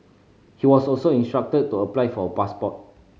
he was also instructed to apply for a passport